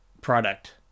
product